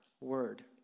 word